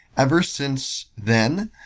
ever since then,